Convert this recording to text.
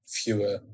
fewer